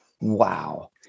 Wow